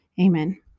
Amen